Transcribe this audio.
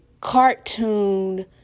cartoon